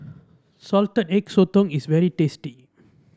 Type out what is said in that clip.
Salted Egg Sotong is very tasty